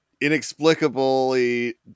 inexplicably